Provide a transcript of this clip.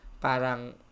parang